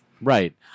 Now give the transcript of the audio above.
Right